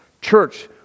Church